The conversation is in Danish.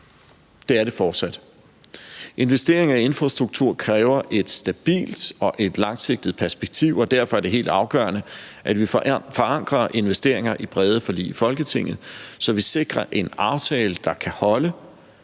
det er det fortsat. Investeringer i infrastruktur kræver et stabilt og langsigtet perspektiv, og derfor er det helt afgørende, at vi forankrer investeringer i brede forlig i Folketinget, så vi sikrer en aftale, der kan holde,